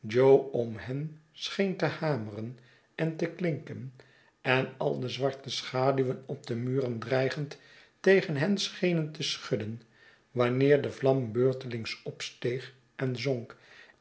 om hen scheen te hameren en te klinken en al de zwarte schaduwen op de muren dreigend tegen hen schenen te schudden wanneer de vlam beurtelings opsteeg en zonk